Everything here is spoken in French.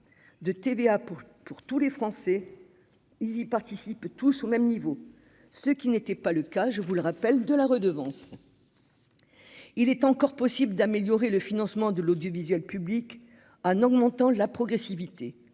de TVA pour pour tous les Français, ils ils participent tous au même niveau, ce qui n'était pas le cas, je vous le rappelle, de la redevance, il est encore possible d'améliorer le financement de l'audiovisuel public en augmentant la progressivité,